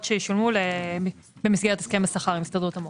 שישולמו במסגרת הסכם השכר עם הסתדרות המורים.